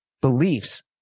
beliefs